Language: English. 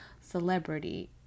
celebrity